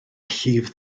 llif